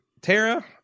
Tara